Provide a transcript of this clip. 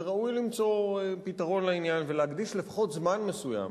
וראוי למצוא פתרון לעניין ולהקדיש לפחות זמן מסוים,